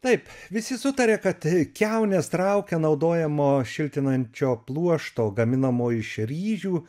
taip visi sutaria kad kiaunes traukia naudojamo šiltinančio pluošto gaminamo iš ryžių